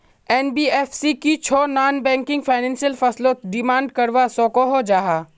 NBFC की छौ non banking financial फसलोत डिमांड करवा सकोहो जाहा?